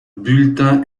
bulletin